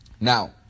Now